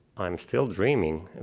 i'm still dreaming.